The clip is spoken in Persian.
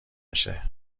نشه